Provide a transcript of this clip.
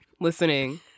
listening